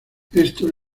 esto